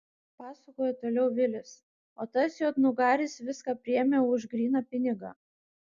pasakojo toliau vilis o tas juodnugaris viską priėmė už gryną pinigą